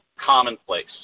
commonplace